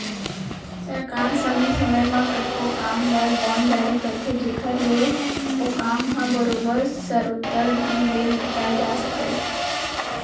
सरकार समे समे म कतको काम बर बांड जारी करथे जेकर ले ओ काम ह बरोबर सरोत्तर ढंग ले निपटाए जा सकय